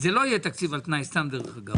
זה לא יהיה תקציב על תנאי, סתם דרך אגב.